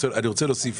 להוסיף